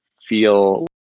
feel